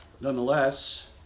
Nonetheless